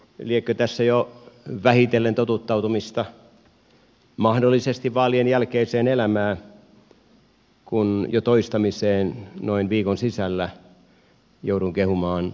liekö tässä jo vähitellen totuttautumista mahdollisesti vaalien jälkeiseen elämään kun jo toistamiseen noin viikon sisällä joudun kehumaan hallitusta